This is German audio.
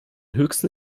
höchsten